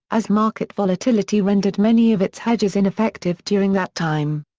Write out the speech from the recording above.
as market volatility rendered many of its hedges ineffective during that time.